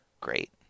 great